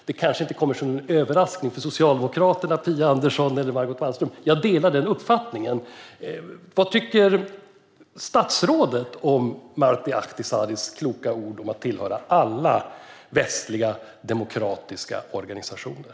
Det kanske inte kommer som en överraskning för socialdemokraterna Phia Andersson och Margot Wallström att jag delar den uppfattningen. Vad tycker statsrådet om Martti Ahtisaaris kloka ord om att tillhöra alla västliga demokratiska organisationer?